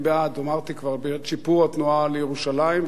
אמרתי כבר שאני בעד שיפור התנועה לירושלים,